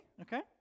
Okay